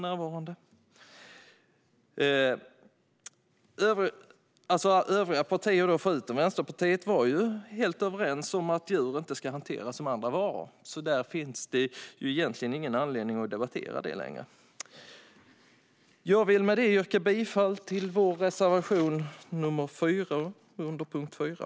Förutom Vänsterpartiet var alltså övriga partier helt överens om att djur inte ska hanteras som andra varor. Därför finns det egentligen ingen anledning att debattera detta längre. Jag vill yrka bifall till Sverigedemokraternas reservation nr 4 under punkt 4.